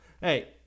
Hey